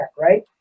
right